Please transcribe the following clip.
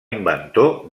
inventor